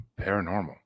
Paranormal